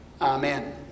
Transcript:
Amen